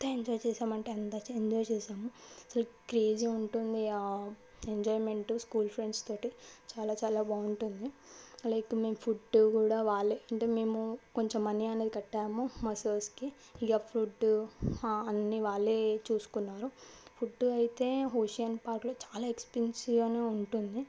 ఎంత ఎంజాయ్ చేసామంటే అంత ఎంజాయ్ చేసాము అసలు క్రేజీ ఉంటుండే ఎంజాయ్మెంట్ స్కూల్ ఫ్రెండ్స్ తోటి చాలా చాలా బాగుంటుంది లైక్ మేము ఫుడ్ కూడా వాళ్లే అంటే మేము కొంచెం మనీ అనేది కట్టాము మా సార్స్కి ఇక ఫుడ్డు అన్ని వాళ్లే చూసుకున్నారు ఫుడ్ అయితే ఒష్యన్ పార్క్లో చాలా ఎక్స్పెన్సివ్ గానే ఉంటుంది